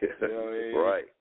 right